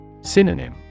Synonym